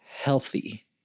healthy